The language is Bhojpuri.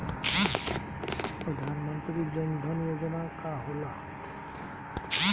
प्रधानमंत्री जन धन योजना का होला?